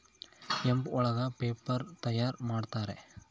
hemp ಒಳಗ paper ತಯಾರ್ ಮಾಡುತ್ತಾರೆ